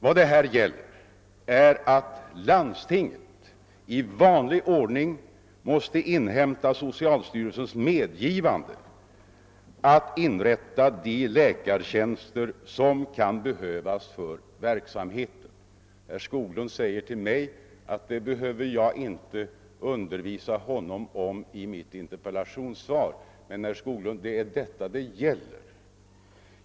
Vad det gäller är att landstinget i vanlig ordning måste inhämta socialstyrelsens medgivande att inrätta de läkartjänster som kan behövas för verksamheten. Herr Skoglund säger att detta behöver jag inte undervisa honom om i mitt interpellationssvar. Men, herr Skoglund, det är detta det gäller.